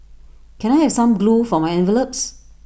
can I have some glue for my envelopes